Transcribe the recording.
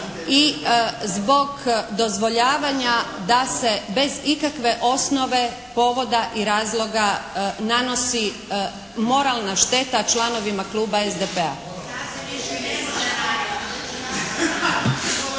i zbog dozvoljavanja da se bez ikakve osnove, povoda i razloga nanosi moralna šteta članovima Kluba SDP-a.